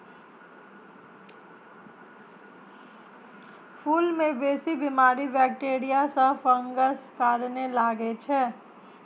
फुल मे बेसी बीमारी बैक्टीरिया या फंगसक कारणेँ लगै छै